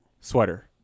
sweater